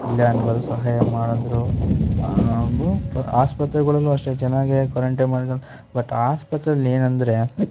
ಇಲ್ಲ ಅನ್ನಬಾರ್ದು ಸಹಾಯ ಮಾಡಿದ್ರು ಆದರೂ ತ ಆಸ್ಪತ್ರೆಗಳಲ್ಲೂ ಅಷ್ಟೇ ಚೆನ್ನಾಗೆ ಕ್ವಾರಂಟೈನ್ ಮಾಡಿದರು ಬಟ್ ಆಸ್ಪತ್ರೆಲಿ ಏನೆಂದ್ರೆ